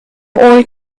old